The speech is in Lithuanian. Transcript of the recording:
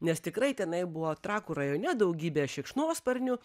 nes tikrai tenai buvo trakų rajone daugybė šikšnosparnių